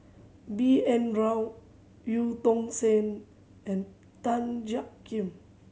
B N Rao Eu Tong Sen and Tan Jiak Kim